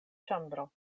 ĉambro